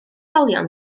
olion